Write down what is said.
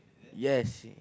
yes